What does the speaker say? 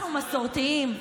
אנחנו מסורתיים,